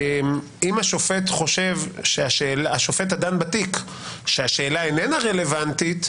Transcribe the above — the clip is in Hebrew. אם השופט הדן בתיק חושב שהשאלה איננה רלוונטית,